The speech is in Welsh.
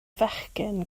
fechgyn